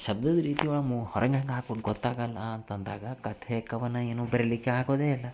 ಶಬ್ದದ ರೀತಿಯೊಳಮು ಹೊರಗೆ ಹೆಂಗೆ ಹಾಕುದು ಗೊತ್ತಾಗಲ್ಲ ಅಂತಂದಾಗ ಕಥೆ ಕವನ ಏನು ಬರಿಲಿಕ್ಕೆ ಆಗೊದೇ ಇಲ್ಲ